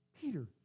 Peter